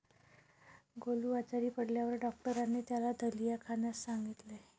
गोलू आजारी पडल्यावर डॉक्टरांनी त्याला दलिया खाण्यास सांगितले